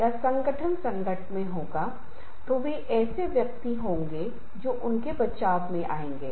इसलिए बेहतर होगा कि हम आगे आएं और हाथ मिलाएं और हम साथ काम करेंगे